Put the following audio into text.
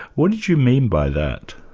what did you mean by that?